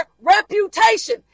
reputation